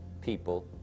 people